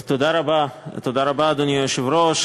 אדוני היושב-ראש,